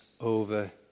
over